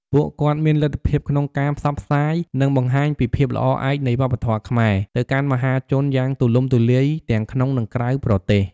ពួកគាត់មានលទ្ធភាពក្នុងការផ្សព្វផ្សាយ និងបង្ហាញពី ភាពល្អឯកនៃវប្បធម៌ខ្មែរ ទៅកាន់មហាជនយ៉ាងទូលំទូលាយ ទាំងក្នុង និងក្រៅប្រទេស។